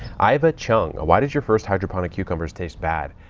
iva cheung why did your first hydroponic cucumbers tastes bad?